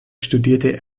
studierte